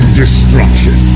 destruction